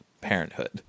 parenthood